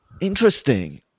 Interesting